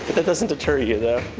that doesn't deter you though